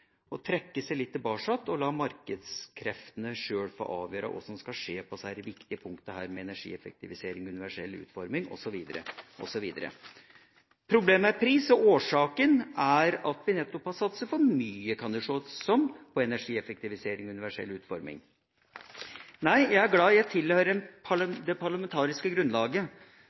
og trekke seg litt tilbake og la markedskreftene sjøl få avgjøre hva som skal skje på disse viktige områdene som gjelder energieffektivisering, universell utforming osv. Problemet er pris, og årsaken er at vi nettopp har satset for mye på energieffektivisering og universell utforming, kan det se ut som. Jeg er glad jeg tilhører det parlamentariske grunnlaget